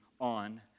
on